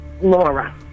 Laura